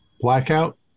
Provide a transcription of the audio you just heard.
Blackout